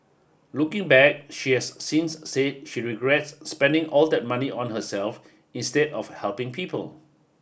looking back she has since said she regrets spending all that money on herself instead of helping people